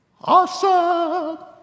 awesome